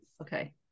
Okay